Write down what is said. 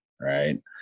right